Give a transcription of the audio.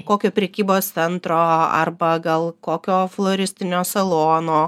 kokio prekybos centro arba gal kokio floristinio salono